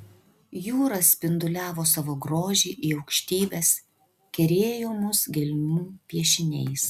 jūra spinduliavo savo grožį į aukštybes kerėjo mus gelmių piešiniais